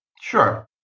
Sure